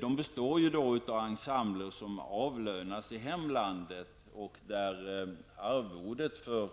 Dessa består då av ensembler som avlönas i hemlandet, och arvodet för